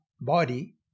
body